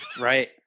Right